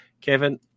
Kevin